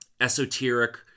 esoteric